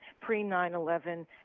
pre-9/11